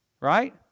Right